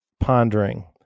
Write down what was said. pondering